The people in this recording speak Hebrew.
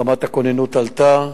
רמת הכוננות עלתה,